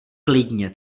klidně